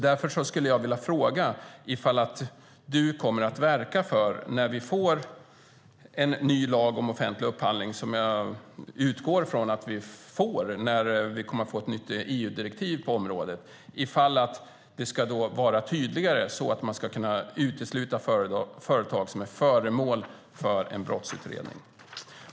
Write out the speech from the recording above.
Jag skulle därför vilja fråga Stefan Attefall: Kommer du, när vi får en ny lag om offentlig upphandling som jag utgår från att vi får när vi får ett nytt EU-direktiv på området, att verka för att det ska bli tydligare så att man ska kunna utesluta företag som är föremål för en brottsutredning?